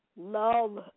love